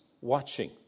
watching